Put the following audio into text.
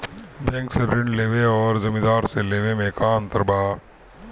Bank से ऋण लेवे अउर जमींदार से लेवे मे का अंतर बा?